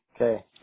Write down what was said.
okay